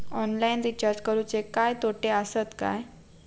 Online recharge करुचे काय तोटे आसत काय?